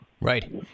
Right